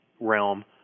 realm